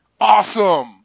awesome